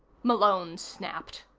malone snapped.